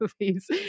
movies